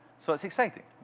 so it's exciting.